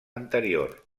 anterior